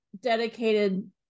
dedicated